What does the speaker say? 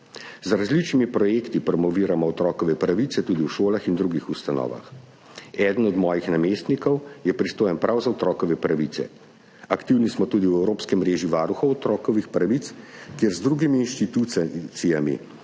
Z različnimi projekti promoviramo otrokove pravice tudi v šolah in drugih ustanovah. Eden od mojih namestnikov je pristojen prav za otrokove pravice. Aktivni smo tudi v evropski mreži varuhov otrokovih pravic, kjer z drugimi inštitucijami